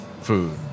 food